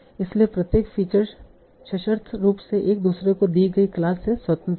इसलिए प्रत्येक फीचर्स सशर्त रूप से एक दूसरे को दि गई क्लास से स्वतंत्र है